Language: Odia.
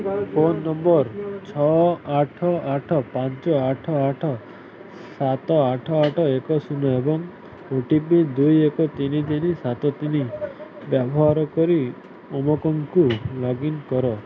ଫୋନ ନମ୍ବର ଛଅ ଆଠ ଆଠ ପାଞ୍ଚ ଆଠ ଆଠ ସାତ ଆଠ ଆଠ ଏକ ଶୂନ ଏବଂ ଓ ଟି ପି ଦୁଇ ଏକ ତିନି ତିନି ସାତ ତିନି ବ୍ୟବହାର କରି ଉମଙ୍ଗକୁ ଲଗ୍ ଇନ୍ କର